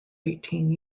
eighteen